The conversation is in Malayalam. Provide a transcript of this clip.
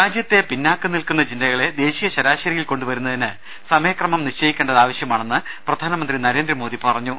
രാജ്യത്തെ പിന്നാക്കം നിൽക്കുന്ന ജില്ലകളെ ദേശീയ ശരാശരിയിൽ കൊണ്ടുവരുന്നതിന് സമയക്രമം നിശ്ചയിക്കേണ്ടത് ആവശ്യമാണെന്ന് പ്രധാനമന്ത്രി നരേന്ദ്രമോദി പറഞ്ഞു